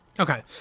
Okay